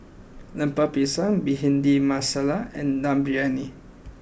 Lemper Pisang Bhindi Masala and Dum Briyani